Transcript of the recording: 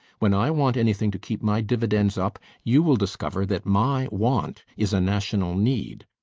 when i want anything to keep my dividends up, you will discover that my want is a national need.